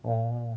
orh